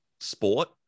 sport